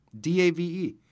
D-A-V-E